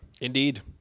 Indeed